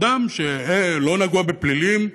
אדם שלא נגוע בפלילים,